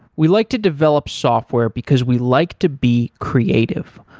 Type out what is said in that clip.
we like to develop software because we like to be creative.